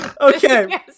Okay